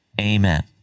Amen